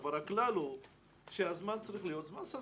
אבל הכלל הוא שהזמן צריך להיות זמן סביר.